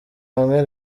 bamwe